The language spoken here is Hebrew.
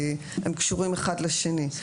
כי הם קשורים אחד לשני.